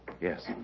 Yes